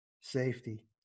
safety